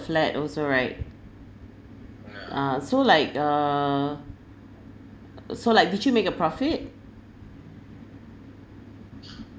flat also right so like uh so like did you make a profit